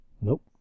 Nope